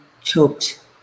choked